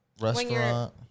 restaurant